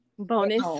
bonus